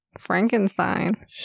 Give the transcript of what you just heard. Frankenstein